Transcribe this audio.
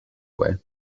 way